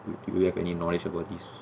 do do you have any knowledge about this